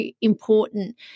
important